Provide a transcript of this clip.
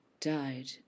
died